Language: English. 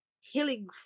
healing